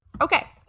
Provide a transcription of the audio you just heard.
Okay